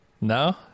No